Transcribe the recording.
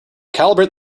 calibrate